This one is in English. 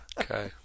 Okay